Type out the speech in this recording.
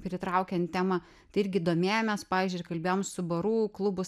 pritraukiant temą tai irgi domėjomės pavyzdžiui ir kalbėjom su barų klubų